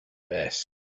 best